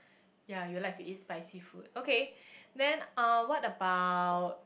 ya you like to eat spicy food okay then uh what about